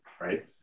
Right